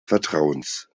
vertrauens